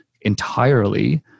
entirely